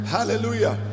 Hallelujah